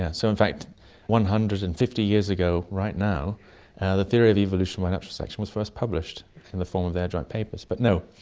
yeah so in fact one hundred and fifty years ago right now the theory of evolution by natural selection was first published in the form of their joint papers. but no,